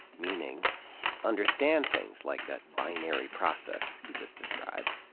meaning understand things like that binary process he just described,